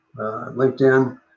LinkedIn